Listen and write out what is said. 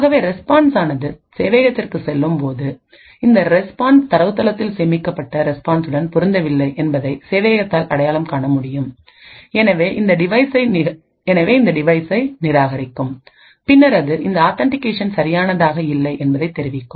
ஆகவே ரெஸ்பான்ஸ் ஆனது சேவையகத்திற்குச் செல்லும்போது இந்த ரெஸ்பான்ஸ் தரவுத்தளத்தில் சேமிக்கப்பட்ட ரெஸ்பான்ஸ் உடன் பொருந்தவில்லை என்பதை சேவையகத்தால் அடையாளம் காண முடியும் எனவே இது இந்த டிவைசை நிராகரிக்கும் பின்னர் அது இந்த ஆத்தன்டிகேஷன் சரியானதாக இல்லை என்பதனை தெரிவிக்கும்